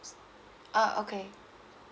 oh okay